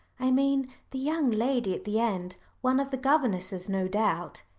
i mean the young lady at the end one of the governesses no doubt.